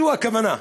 זו הכוונה.